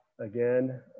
Again